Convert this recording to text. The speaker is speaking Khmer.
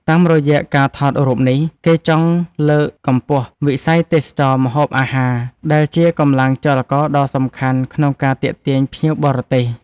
តាមរយៈការថតរូបនេះ គេចង់លើកកម្ពស់វិស័យទេសចរណ៍ម្ហូបអាហារ ដែលជាកម្លាំងចលករដ៏សំខាន់ក្នុងការទាក់ទាញភ្ញៀវបរទេស។